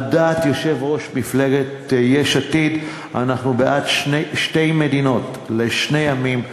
על דעת יושב-ראש מפלגת יש עתיד: אנחנו בעד שתי מדינות לשני עמים.